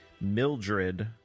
Mildred